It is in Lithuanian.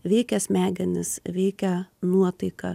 veikia smegenis veikia nuotaiką